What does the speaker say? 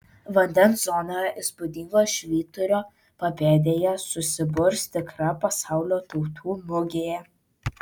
vandens zonoje įspūdingo švyturio papėdėje susiburs tikra pasaulio tautų mugė